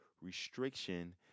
restriction